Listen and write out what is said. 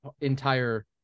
entire